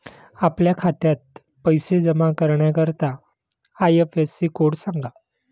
आपल्या खात्यात पैसे जमा करण्याकरता आय.एफ.एस.सी कोड सांगा